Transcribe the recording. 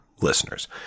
listeners